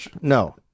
No